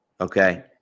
Okay